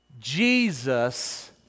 Jesus